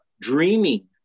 dreaming